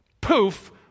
Poof